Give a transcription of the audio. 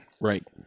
Right